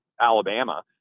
Alabama